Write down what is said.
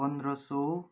पन्ध्र सौ